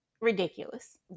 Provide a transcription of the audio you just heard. ridiculous